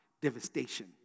devastation